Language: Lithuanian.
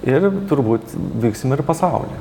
ir turbūt vyksim ir į pasaulį